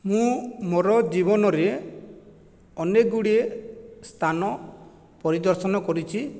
ମୁଁ ମୋର ଜୀବନରେ ଅନେକ ଗୁଡ଼ିଏ ସ୍ଥାନ ପରିଦର୍ଶନ କରିଛି